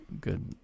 good